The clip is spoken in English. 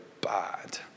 bad